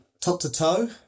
top-to-toe